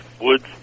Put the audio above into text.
woods